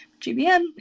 GBM